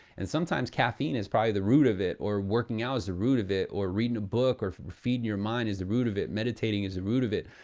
and sometimes, caffeine is probably the root of it, or working out is the root of it, or reading a book, or feeding your mind is the root of it, meditating is the root of it.